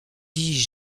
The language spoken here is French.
dis